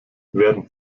werden